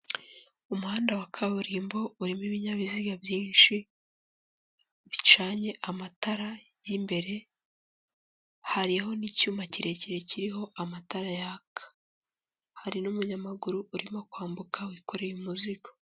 Umuhanda wa kaburimbo urimo ibinyabiziga byinshi, bicanye amatara y'imbere, hariho n'icyuma kirekire kiriho amatara yaka. Hari n'umunyamaguru urimo kwambuka, wikoreye umuzigo.